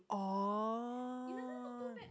oh